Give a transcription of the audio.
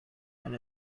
and